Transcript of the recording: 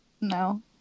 No